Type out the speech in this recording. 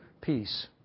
peace